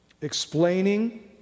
explaining